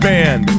Band